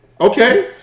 Okay